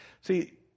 See